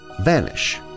vanish